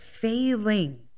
failing